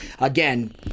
Again